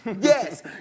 Yes